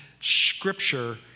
scripture